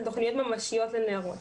על תוכניות ממשיות לנערות.